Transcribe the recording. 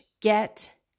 get